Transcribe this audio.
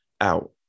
out